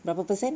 berapa percent